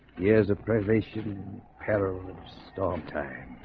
here's a privation peril of storm time